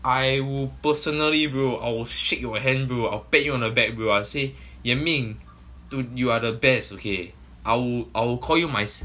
I would personally bro I will shake your hand bro I'll pat you on the back bro I'll say 你的命 so you are the best okay I'll I'll call you my